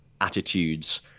attitudes